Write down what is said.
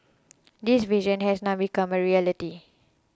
this vision has now become a reality